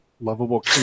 lovable